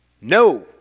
No